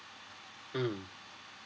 mm